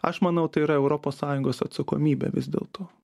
aš manau tai yra europos sąjungos atsakomybė vis dėlto